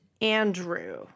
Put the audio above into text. Andrew